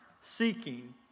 seeking